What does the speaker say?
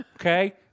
Okay